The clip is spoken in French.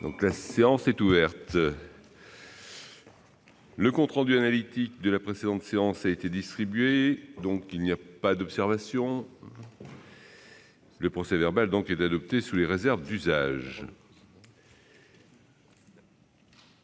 La séance est ouverte. Le compte rendu analytique de la précédente séance a été distribué. Il n'y a pas d'observation ?... Le procès-verbal est adopté sous les réserves d'usage.